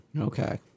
Okay